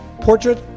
portrait